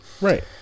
right